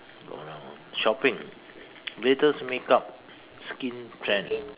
no shopping greatest make up skin trend